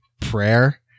prayer